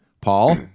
Paul